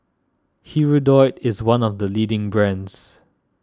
Hirudoid is one of the leading brands